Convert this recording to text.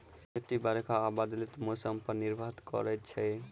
खेती बरखा आ बदलैत मौसम पर निर्भर करै छै